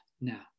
now